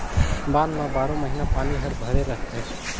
बांध म बारो महिना पानी हर भरे रथे